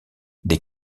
des